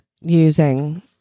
using